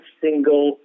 single